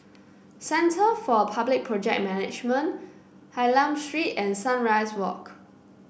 Centre for Public Project Management Hylam Street and Sunrise Walk